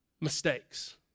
mistakes